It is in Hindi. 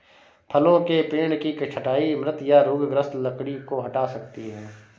फलों के पेड़ की छंटाई मृत या रोगग्रस्त लकड़ी को हटा सकती है